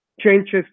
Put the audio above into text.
changes